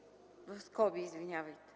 е най-ефективният и